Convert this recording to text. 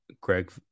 Greg